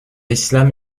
islam